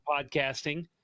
podcasting